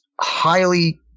highly